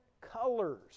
colors